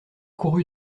couru